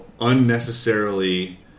unnecessarily